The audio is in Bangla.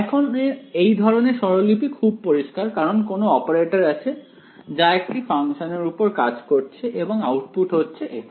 এখন এই ধরনের স্বরলিপি খুব পরিষ্কার কারণ কোনো অপারেটর আছে যা একটি ফাংশনের উপর কাজ করছে এবং আউটপুট হচ্ছে f